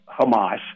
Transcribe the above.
Hamas